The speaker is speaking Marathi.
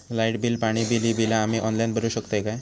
लाईट बिल, पाणी बिल, ही बिला आम्ही ऑनलाइन भरू शकतय का?